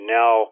now